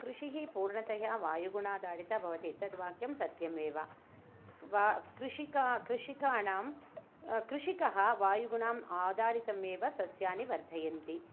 कृषिः पूर्णतया वायुगुणादारिता भवति तद्वाक्यं सत्यमेव वा कृषिक कृषिकाणां कृषिकः वायुगुणं आधारितमेव सस्यानि वर्धयन्ति